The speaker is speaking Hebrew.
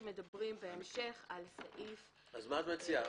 במיוחד כשמדברים בהמשך על סעיף --- אז מה את מציעה?